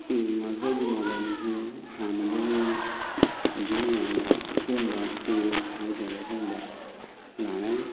ꯑꯩꯈꯣꯏꯒꯤ ꯃꯥꯂꯦꯝꯁꯤ ꯍꯥꯟꯅꯗꯒꯤ ꯍꯧꯖꯤꯛꯅ ꯌꯥꯝꯅ ꯑꯍꯣꯡꯕ ꯆꯦꯟꯖ ꯍꯥꯏꯇꯥꯔꯦ ꯑꯍꯣꯡꯕ ꯂꯥꯛꯑꯦ